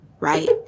Right